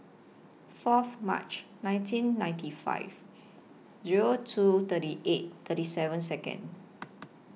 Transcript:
Fourth March nineteen ninety five Zero two thirty eight thirty seven Second